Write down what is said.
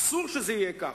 אסור שזה יהיה כך,